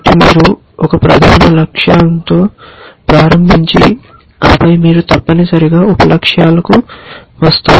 కాబట్టి మీరు ఒక ప్రధాన లక్ష్యంతో ప్రారంభించి ఆపై మీరు తప్పనిసరిగా ఉప లక్ష్యాలకు వస్తారు